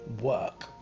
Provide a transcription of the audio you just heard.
work